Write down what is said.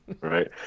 Right